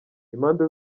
impande